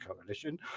Coalition